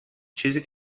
چیزی